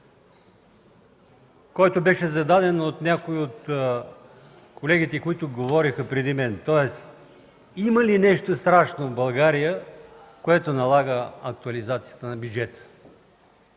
който беше зададен от някои колеги, които говориха преди мен. Тоест има ли нещо страшно в България, което налага актуализацията на бюджета?